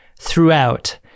throughout